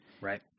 Right